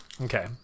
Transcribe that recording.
okay